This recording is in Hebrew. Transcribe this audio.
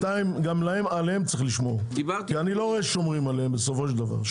גם עליהם צריך לשמור כי אני לא רואה ששומרים עליהם בסופו של דבר.